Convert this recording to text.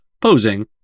posing